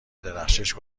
درخشش